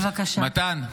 מתן,